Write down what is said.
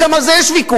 וגם על זה יש ויכוח.